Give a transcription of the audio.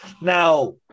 Now